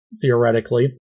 theoretically